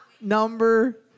number